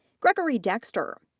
gregory dexter,